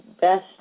best